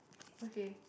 okay